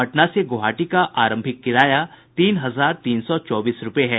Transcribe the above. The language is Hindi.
पटना से गुवाहाटी का आरंभिक किराया तीन हजार तीन सौ चौबीस रूपये है